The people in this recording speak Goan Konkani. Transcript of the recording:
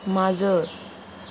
माजर